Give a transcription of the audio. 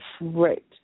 Right